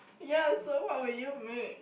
ya so what will you make